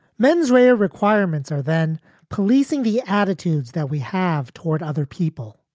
menswear requirements are then policing the attitudes that we have toward other people.